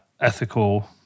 ethical